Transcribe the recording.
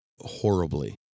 horribly